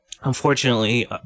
Unfortunately